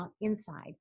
inside